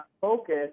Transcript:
focus